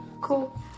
Cool